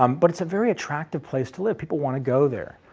um but it's a very attractive place to live, people want to go there.